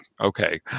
okay